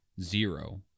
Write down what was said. zero